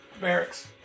Barracks